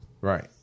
right